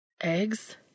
Eggs